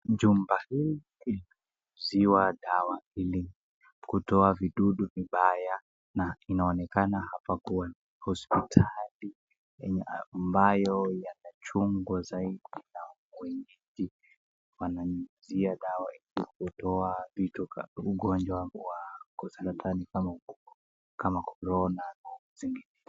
Jumba hii inanyunyiziwa dawa ili kutoa vidudu vibaya na inaonekana hapa kuwa ni hospitali ambayo inachungwa zaidi na wenyeji wananyunyizia dawa ili kutoa ugonjwa kama wa Corona na zingine.